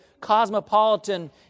cosmopolitan